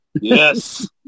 Yes